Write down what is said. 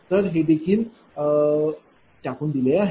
तर हे देखील टाकून दिले आहे